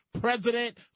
president